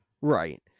Right